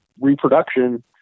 reproduction